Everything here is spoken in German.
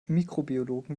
mikrobiologen